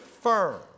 firm